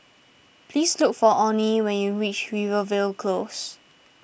please look for Onnie when you reach Rivervale Close